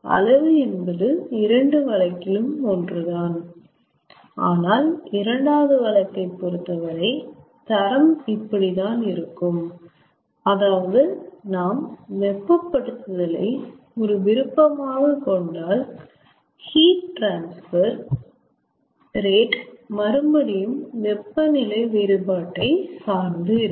அளவு என்பது இரண்டு வழக்கிலும் ஒன்று தான் ஆனால் இரண்டாவது வழக்கை பொறுத்த வரை தரம் இப்படி தன இருக்கும் அதாவது நாம் வெப்பப்படுத்துதலை ஒரு விருப்பமாக கொண்டால் ஹீட் ட்ரான்ஸ்பர் ரேட் மறுபடியும் வெப்ப நிலை வேறுபாட்டை சார்ந்து இருக்கும்